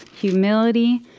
humility